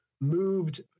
moved